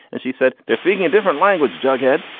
and she said, they're speaking a different language, jughead.